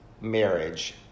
marriage